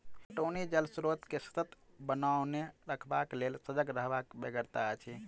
पटौनी जल स्रोत के सतत बनओने रखबाक लेल सजग रहबाक बेगरता अछि